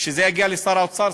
ומגיע לשר האוצר,